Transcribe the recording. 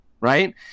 right